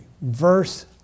Verse